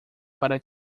para